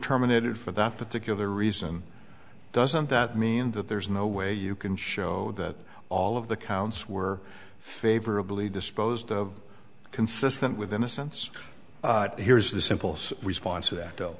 terminated for that particular reason doesn't that mean that there's no way you can show that all of the counts were favorably disposed of consistent with innocence here is this impulse response or that